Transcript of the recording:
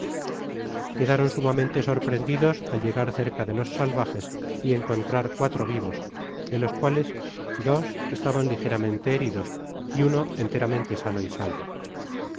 quedaron sumamente sorprendidos al llegar cerca de los salvajes y encontrar cuatro vivos de los cuales dos estaban ligeramente heridos y uno enteramente sano y salvo